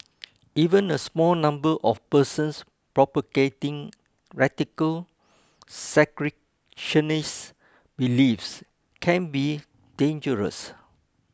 even a small number of persons propagating radical segregationist beliefs can be dangerous